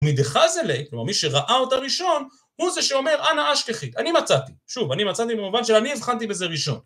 מי דחזה ליה, כלומר מי שראה אותה ראשון, הוא זה שאומר אנה אשכחית - אני מצאתי. שוב, 'אני מצאתי' במובן שאני הבחנתי בזה ראשון.